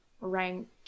rank